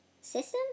System